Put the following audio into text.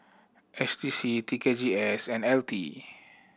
S D C T K G S and L T